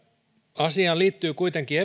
asiaan liittyy kuitenkin